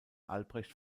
albrecht